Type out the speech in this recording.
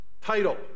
title